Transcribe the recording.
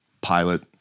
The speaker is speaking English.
pilot